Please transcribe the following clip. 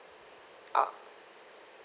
o~